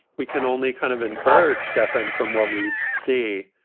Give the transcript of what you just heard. we can only kind of inferred stefan from what we see.